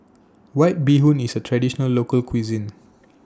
White Bee Hoon IS A Traditional Local Cuisine